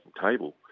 table